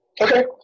Okay